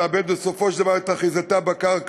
תאבד בסופו של דבר את אחיזתה בקרקע.